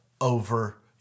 over